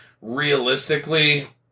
realistically